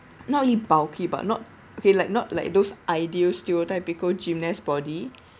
not really bulky but not okay like not like those ideal stereotype we call gymnast body